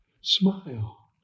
Smile